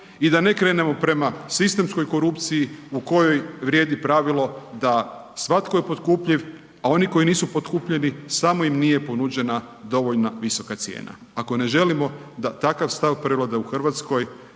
i da ne krenemo prema sistemskoj korupciji u kojoj vrijedi pravilo da svatko je potkupljiv, a oni koji nisu potkupljivi samo im nije ponuđena dovoljno visoka cijena. Ako ne želimo da takav stav prevlada u RH dajmo